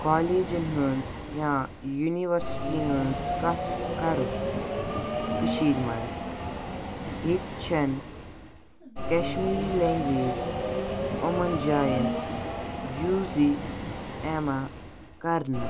کالیجین ہِنٛز یا یوٗنیٖورسٹیٖیَن ہِنٛز کَتھ کَرو کٔشیٖرِ منٛز ییٚتہِ چھنہٕ کَشمیٖری لینٛگویج یِمَن جایَن یوٗزٕے یِوان کَرنہٕ